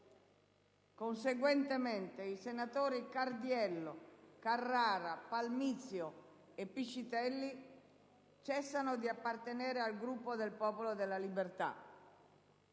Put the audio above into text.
Conseguentemente, i senatori Cardiello, Carrara, Palmizio e Piscitelli cessano di appartenere al Gruppo del Popolo della Libertà;